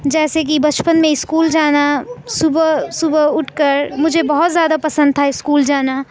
جیسے کہ بچپن میں اسکول جانا صبح صبح اٹھ کر مجھے بہت زیادہ پسند تھا اسکول جانا